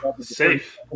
safe